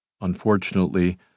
unfortunately